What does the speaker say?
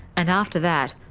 and after that,